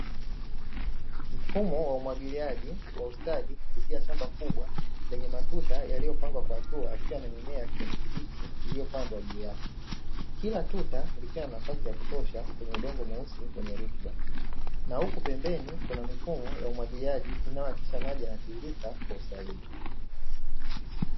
Mfumo wa umwagiliaji wa ustadi kupitia shamba kubwa lenye matuta yaliyopangwa kwa hatua yakiwa na mimea ya kijani kibichi iliyopandwa juu yake, kila tuta likiwa na nafasi ya kutosha kwenye udongo mweusi wenye rutuba, na huku pembeni kuna mifumo ya umwagiliaji inayohakikisha maji yanatiririka kwa usahihi.